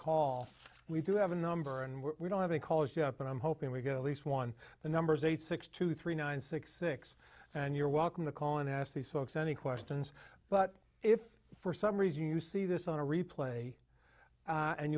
call we do have a number and we're having callers yet but i'm hoping we get at least one the number is eight six two three nine six six and you're welcome to call and ask these folks any questions but if for some reason you see this on a replay